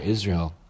Israel